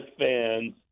fans